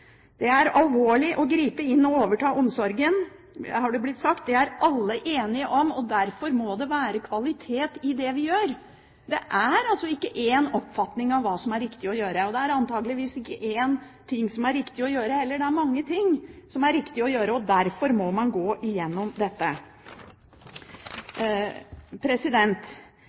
Det er alvorlig å gripe inn og overta omsorgen, har det blitt sagt. Det er alle enige om, og derfor må det være kvalitet i det vi gjør. Det er altså ikke én oppfatning av hva det er som er riktig å gjøre, og det er antakeligvis ikke én ting som er riktig å gjøre heller. Det er mange ting som det er riktig å gjøre, og derfor må man gå igjennom dette.